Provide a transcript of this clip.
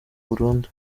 burundu